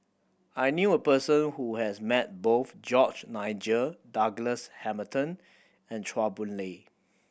I knew a person who has met both George Nigel Douglas Hamilton and Chua Boon Lay